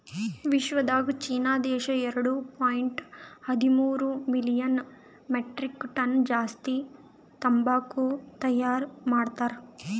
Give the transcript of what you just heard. ವಿಶ್ವದಾಗ್ ಚೀನಾ ದೇಶ ಎರಡು ಪಾಯಿಂಟ್ ಹದಿಮೂರು ಮಿಲಿಯನ್ ಮೆಟ್ರಿಕ್ ಟನ್ಸ್ ಜಾಸ್ತಿ ತಂಬಾಕು ತೈಯಾರ್ ಮಾಡ್ತಾರ್